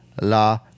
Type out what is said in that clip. La